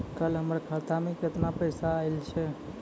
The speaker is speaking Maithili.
कल हमर खाता मैं केतना पैसा आइल छै?